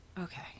Okay